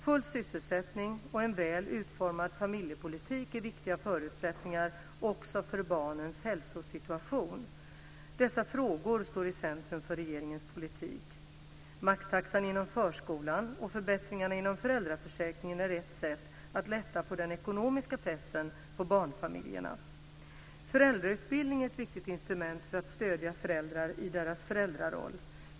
Full sysselsättning och en väl utformad familjepolitik är viktiga förutsättningar också för barnens hälsosituation. Dessa frågor står i centrum för regeringens politik. Maxtaxan inom förskolan och förbättringarna inom föräldraförsäkringen är ett sätt att lätta på den ekonomiska pressen på barnfamiljerna. Föräldrautbildning är ett viktigt instrument för att stödja föräldrar i deras föräldraroll.